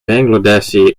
bangladeshi